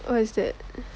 what is that